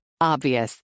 Obvious